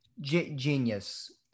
genius